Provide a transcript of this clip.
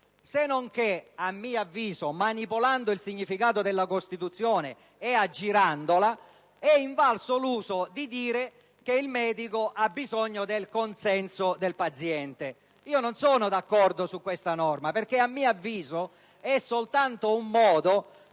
Sennonché, a mio avviso, manipolando il significato della Costituzione e aggirandola, è invalso l'uso di dire che il medico ha bisogno del consenso del paziente. Non sono d'accordo con questa interpretazione, perché a mio avviso è soltanto un modo